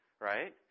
right